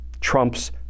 trump's